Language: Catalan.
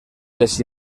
les